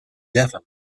devon